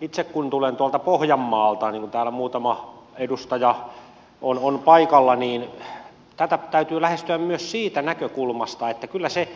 itse tulen tuolta pohjanmaalta ja kun täällä muutama edustaja on paikalla niin tätä täytyy lähestyä myös siitä näkökulmasta että kyllä se